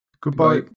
Goodbye